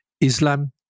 Islam